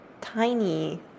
tiny